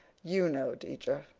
you know, teacher.